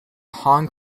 hong